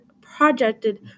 projected